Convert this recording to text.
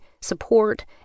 support